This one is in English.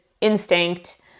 instinct